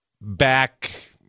back